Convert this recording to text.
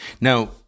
Now